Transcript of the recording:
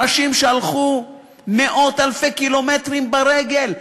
אנשים שהלכו מאות ואלפי קילומטרים ברגל.